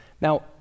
Now